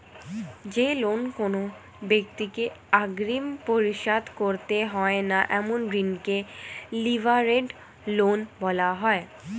যে লোন কোনো ব্যাক্তিকে অগ্রিম পরিশোধ করতে হয় না এমন ঋণকে লিভারেজড লোন বলা হয়